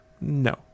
No